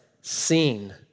seen